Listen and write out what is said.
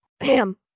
Ham